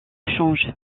change